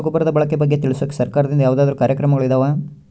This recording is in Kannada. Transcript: ರಸಗೊಬ್ಬರದ ಬಳಕೆ ಬಗ್ಗೆ ತಿಳಿಸೊಕೆ ಸರಕಾರದಿಂದ ಯಾವದಾದ್ರು ಕಾರ್ಯಕ್ರಮಗಳು ಇದಾವ?